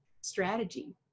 strategy